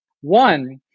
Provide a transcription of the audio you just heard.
One